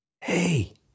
Hey